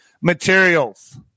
materials